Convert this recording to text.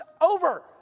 over